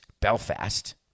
belfast